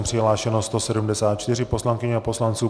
Přihlášeno 174 poslankyň a poslanců.